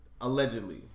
Allegedly